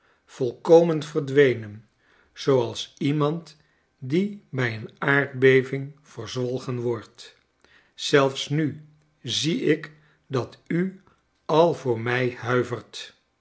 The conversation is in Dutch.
volkomen verdwenen zooals iemand die bij een aardbeving verzwolgen wordt zelfs nu zie ik dat u al voor mij huivert